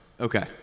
Okay